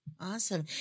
Awesome